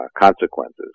consequences